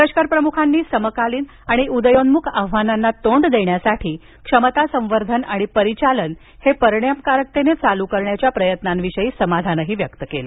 लष्कर प्रमुखांनी समकालीन आणि उदयोन्मुख आव्हानांना तोंड देण्यासाठी क्षमता वर्धन आणि परिचालन परिणामकतेसाठी चालू असलेल्या प्रयत्नांविषयी समाधान व्यक्त केलं